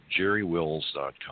jerrywills.com